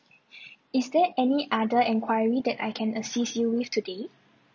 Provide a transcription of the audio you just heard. is there any other enquiry that I can assist you with today